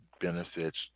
benefits